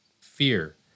Fear